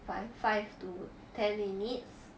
five five to ten minutes